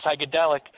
psychedelic